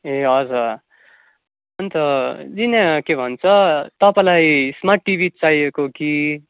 ए हजुर अन्त दी यहाँ के भन्छ तपाईँलाई स्मार्ट टिभी चाहिएको कि